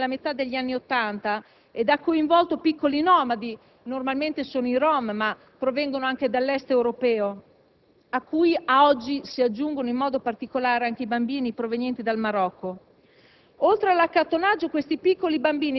In Italia l'accattonaggio è un fenomeno che è emerso nella metà degli anni Ottanta e ha coinvolto piccoli nomadi; normalmente sono i rom ma provengono anche dall'Est europeo, cui oggi si aggiungono anche i bambini provenienti dal Marocco.